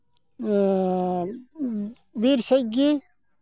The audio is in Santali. ᱵᱤᱨ ᱥᱮᱫ ᱜᱮ